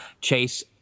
Chase